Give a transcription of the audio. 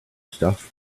stuff